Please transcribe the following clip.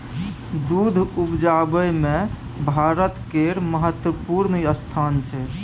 दूध उपजाबै मे भारत केर महत्वपूर्ण स्थान छै